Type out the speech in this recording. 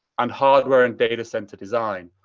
and hardware and data center design.